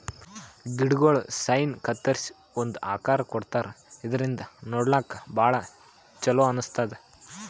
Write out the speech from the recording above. ಗಿಡಗೊಳ್ ಸೌನ್ ಕತ್ತರಿಸಿ ಒಂದ್ ಆಕಾರ್ ಕೊಡ್ತಾರಾ ಇದರಿಂದ ನೋಡ್ಲಾಕ್ಕ್ ಭಾಳ್ ಛಲೋ ಅನಸ್ತದ್